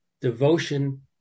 devotion